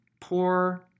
poor